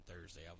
Thursday